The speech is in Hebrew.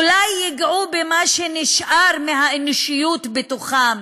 אולי ייגעו במה שנשאר מהאנושיות בתוכם,